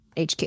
HQ